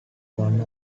one